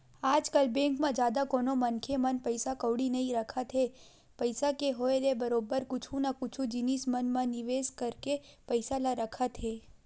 आजकल बेंक म जादा कोनो मनखे मन पइसा कउड़ी नइ रखत हे पइसा के होय ले बरोबर कुछु न कुछु जिनिस मन म निवेस करके पइसा ल रखत हे